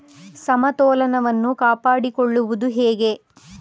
ಸಮತೋಲನವನ್ನು ಕಾಪಾಡಿಕೊಳ್ಳುವುದು ಹೇಗೆ?